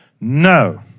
No